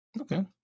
Okay